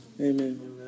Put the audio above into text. Amen